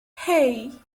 hey